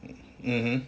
mmhmm